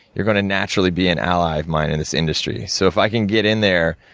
you're gonna naturally be an ally of mine in this industry. so, if i can get in there,